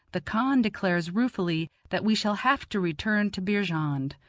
the khan declares ruefully that we shall have to return to beerjand.